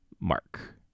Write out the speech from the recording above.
mark